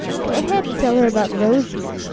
go ahead and tell her about rosie.